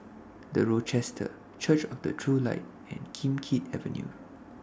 The Rochester Church of The True Light and Kim Keat Avenue